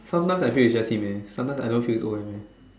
sometimes I feel it's just him eh sometimes I don't feel it's O_M eh